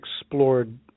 explored